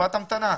תקופת המתנה.